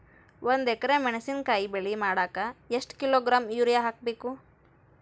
ಒಂದ್ ಎಕರೆ ಮೆಣಸಿನಕಾಯಿ ಬೆಳಿ ಮಾಡಾಕ ಎಷ್ಟ ಕಿಲೋಗ್ರಾಂ ಯೂರಿಯಾ ಹಾಕ್ಬೇಕು?